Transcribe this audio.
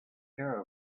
care